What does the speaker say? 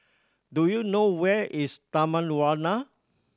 do you know where is Taman Warna